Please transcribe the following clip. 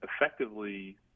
effectively